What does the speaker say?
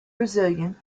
brazilian